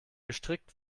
gestrickt